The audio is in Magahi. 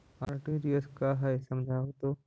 आर.टी.जी.एस का है समझाहू तो?